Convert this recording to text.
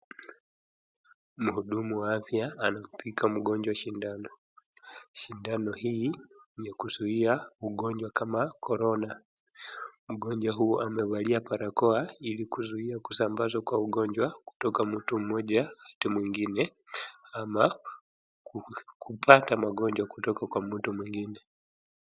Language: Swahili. Mhudumu wa afya anampiga mgonjwa sindano, sindano hii ni kuzuia ugonjwa kama Korona. Mgonjwa huu amevalia barakoa ilii kuzuia kusambazwa kwa ugonjwa kutoka mtu mmoja hadi mwingine ama kupata magonjwa kutoka kwa mtu mwingine.